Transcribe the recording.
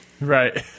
Right